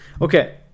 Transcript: Okay